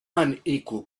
unequal